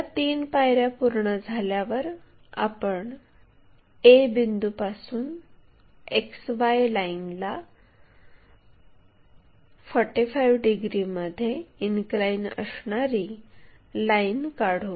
या तीन पायऱ्या पूर्ण झाल्यावर आपण a बिंदूपासून XY ला 45 डिग्रीमध्ये इनक्लाइन असणारी लाईन काढू